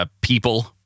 People